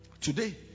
Today